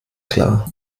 klar